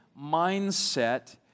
mindset